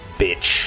bitch